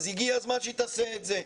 אז הגיע הזמן שהיא תעשה את זה.